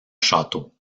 château